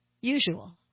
usual